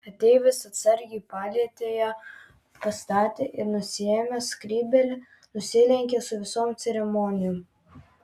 ateivis atsargiai palietė ją pastatė ir nusiėmęs skrybėlę nusilenkė su visom ceremonijom